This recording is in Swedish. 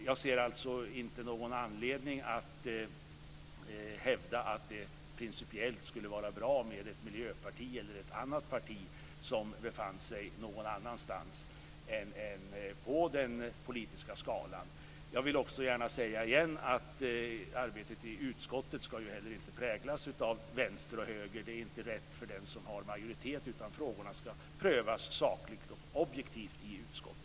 Jag ser alltså inte någon anledning att hävda att det principiellt skulle vara bra med ett miljöparti eller ett annat parti som befinner sig någon annanstans än på den politiska skalan. Jag vill också gärna återigen säga att arbetet i utskottet inte heller ska präglas av vänster och höger. Det är inte rätt för den som har majoritet, utan frågorna ska prövas sakligt och objektivt i utskottet.